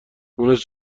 مونس